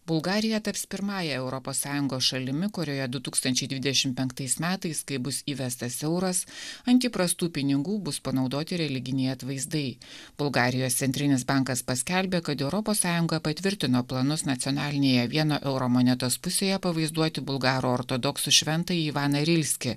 bulgarija taps pirmąja europos sąjungos šalimi kurioje du tūkstančiai dvidešimt penktais metais kai bus įvestas euras ant įprastų pinigų bus panaudoti religiniai atvaizdai bulgarijos centrinis bankas paskelbė kad europos sąjunga patvirtino planus nacionalinėje vieno euro monetos pusėje pavaizduoti bulgarų ortodoksų šventąjį ivaną rilskį